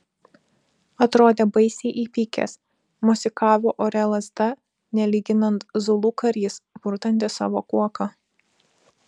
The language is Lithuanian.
atrodė baisiai įpykęs mosikavo ore lazda nelyginant zulų karys purtantis savo kuoką